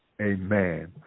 Amen